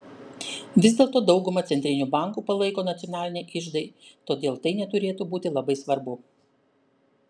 vis dėlto daugumą centrinių bankų palaiko nacionaliniai iždai todėl tai neturėtų būti labai svarbu